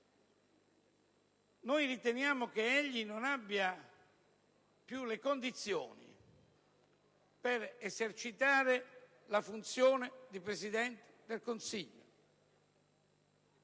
Noi riteniamo che egli non sia più nelle condizioni di esercitare la funzione di Presidente del Consiglio.